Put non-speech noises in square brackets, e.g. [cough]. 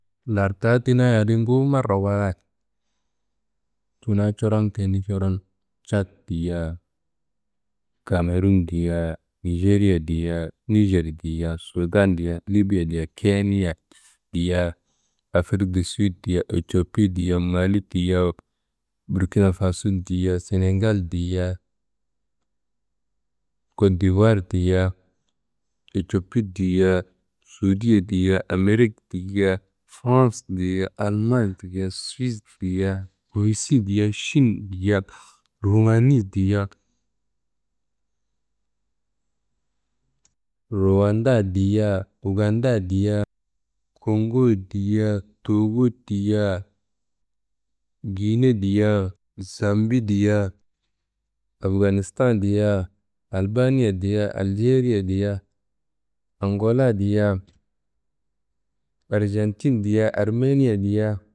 Lartaá dinayadi nguwu marrawayit. Kina coron tendi coron Cad diyea, kamerun diyea, Nijeriya diyea, Nijer diyea, Sudan diyea, Libiya diyea, Keniya diyea, Afrik di Suyid diyea, Ecopi diyea, Mali diyea Burkina Faso diyea, Senengal diyea, Kod Difuwar diyea, Ecopi diyea, Sudiye diyea, Amerik diyea, Frans diyea, Alma diyea, Suwuyis diyea, Rusi diyea, Šin diyea, [noise] Rumani diyea, [noise] Ruwanda diyea, Uganda diyea, Gongo diyea, Togo diyea, Gine diyea, Zambi diyea, Afganista diyea, Albaniya diyea, Aljeriya diyea, Angola diyea, Arjantin diyea, Armeniya diyea.